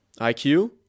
IQ